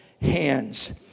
hands